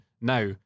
now